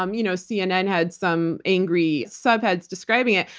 um you know cnn had some angry subheads describing it.